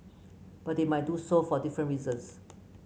but they might do so for different reasons